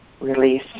release